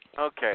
Okay